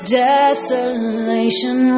desolation